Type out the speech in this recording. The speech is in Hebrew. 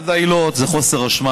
אחת העילות זה חוסר אשמה.